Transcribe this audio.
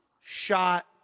shot